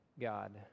God